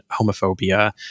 homophobia